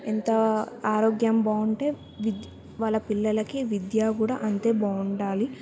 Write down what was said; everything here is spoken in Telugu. ఎంత ఆరోగ్యం బాగుంటే విద్య వాళ్ళ పిల్లలకి విద్యా కూడా అంతే బావుండాలి